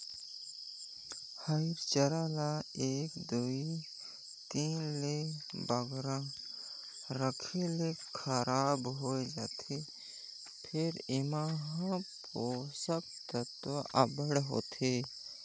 हयिर चारा ल एक दुई दिन ले बगरा राखे ले खराब होए जाथे फेर एम्हां पोसक तत्व अब्बड़ होथे